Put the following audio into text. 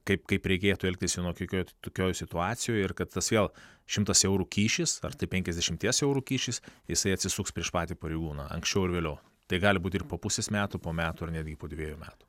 kaip kaip reikėtų elgtis vienokioj tokioj situacijoj ir kad tas vėl šimtas eurų kyšis ar tai penkiasdešimties eurų kyšis jisai atsisuks prieš patį pareigūną anksčiau ar vėliau tai gali būti ir po pusės metų po metų ar netgi po dviejų metų